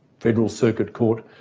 federal circuit court,